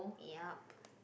yup